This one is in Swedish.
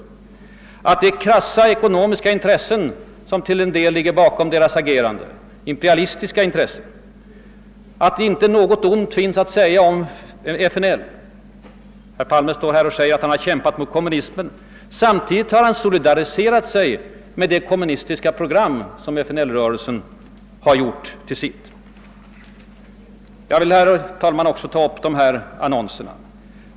— att krassa ekonomiska och imperialistiska intressen till en del ligger bakom deras agerande och att inte något ont ord finns att säga om FNL. Herr Palme förklarar att han kämpat mot kommunismen, men samtidigt har han solidariserat sig med det kommunistiska program som FNL rörelsen har gjort till sitt. Jag vill, herr talman, också ta upp frågan om annonserna.